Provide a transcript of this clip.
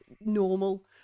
normal